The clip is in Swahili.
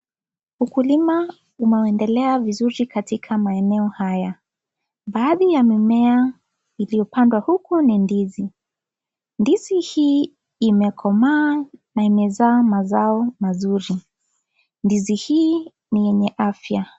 Ukulima unaendelea vizuri katika maeneo haya, baadhi ya mimea iliyopandwa huku ni ndizi, ndizi hii imekomaa na imezaa mazao mazuri ndizi hii ni yenye afya.